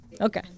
Okay